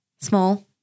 Small